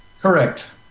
Correct